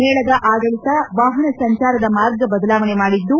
ಮೇಳದ ಆಡಳಿತ ವಾಹನ ಸಂಚಾರದ ಮಾರ್ಗ ಬದಲಾವಣೆ ಮಾಡಿದ್ದು